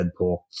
Deadpool